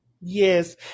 Yes